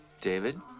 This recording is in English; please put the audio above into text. David